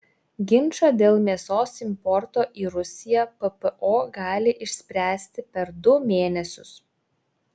ginčą dėl mėsos importo į rusiją ppo gali išspręsti per du mėnesius